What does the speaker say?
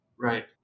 right